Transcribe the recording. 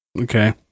Okay